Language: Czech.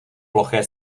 ploché